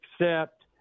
accept